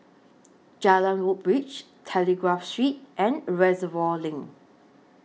Jalan Woodbridge Telegraph Street and Reservoir LINK